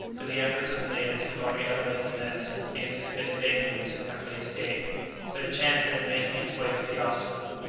but the efforts of the natives had already elevated the nets so that the anticipated danger was happily escaped but it chanced that in making its way through the obstacle,